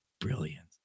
brilliant